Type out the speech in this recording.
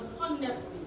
honesty